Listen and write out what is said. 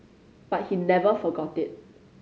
but he never forgot it